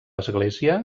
església